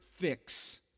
fix